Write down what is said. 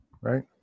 right